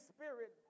Spirit